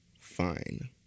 fine